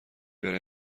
برای